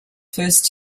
first